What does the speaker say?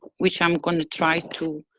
which i'm going to try to